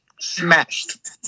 Smashed